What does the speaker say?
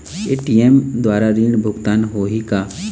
ATM द्वारा ऋण भुगतान होही का?